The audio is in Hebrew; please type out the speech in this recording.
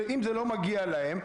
שאם זה לא מגיע להם,